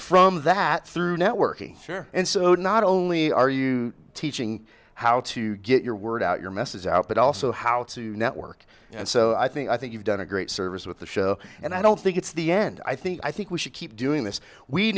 from that through networking and so not only are you teaching how to get your word out your messes out but also how to network and so i think i think you've done a great service with the show and i don't think it's the end i think i think we should keep doing this we